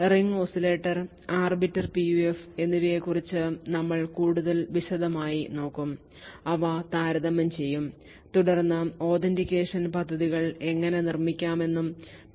ring oscillator arbiter PUF എന്നിവയെക്കുറിച്ച് നമ്മൾ കൂടുതൽ വിശദമായി നോക്കും അവ താരതമ്യം ചെയ്യും തുടർന്ന് authentication പദ്ധതികൾ എങ്ങനെ നിർമ്മിക്കാമെന്നും പി